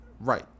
Right